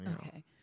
okay